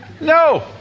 No